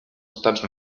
estats